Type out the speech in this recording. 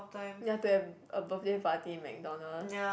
ya to have a birthday party in McDonald's